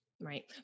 right